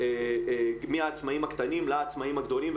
מהעצמאים הקטנים לעצמאים הגדולים,